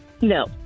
No